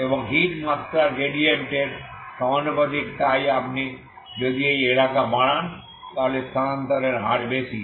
এবং হিট মাত্রার গ্রেডিয়েন্টের সমানুপাতিক তাই আপনি যদি এই এলাকা বাড়ান তাহলে স্থানান্তরের হার বেশি